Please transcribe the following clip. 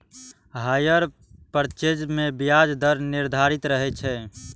hire purchase मे ब्याज दर निर्धारित रहै छै